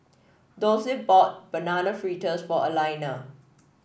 Dulce bought Banana Fritters for Alaina